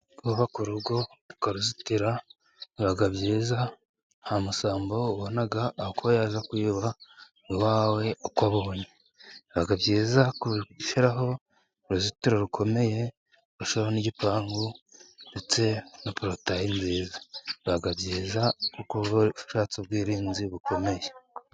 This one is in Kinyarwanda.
Kubaka urugo ukaruzitira biba byiza. Nta musambo ubona uko aza kwiba iwawe uko abonye. Biba byiza gushyiraho uruzitiro rukomeye, ugashyiaraho n'igipangu ndetse na porotayi . Biba byiza kuko uba ushatse ubwirinzi bukomeye.